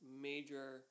major